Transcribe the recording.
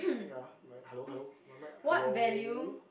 ya my hello hello my mic hello